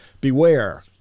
beware